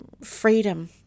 freedom